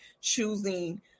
choosing